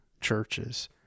churches